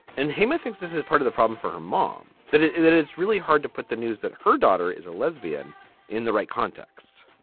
and hema thinks this is part of the problem for a mom, that that it's really hard to put the news that her daughter is a lesbian in the right context